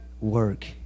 work